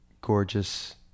gorgeous